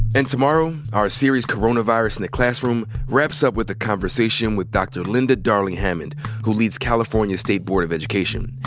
and tomorrow our series coronavirus in the classroom wraps up with a conversation with dr. linda darling-hammond who leads california's state board of education.